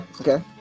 okay